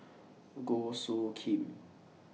Goh Soo Khim